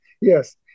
Yes